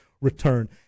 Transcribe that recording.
return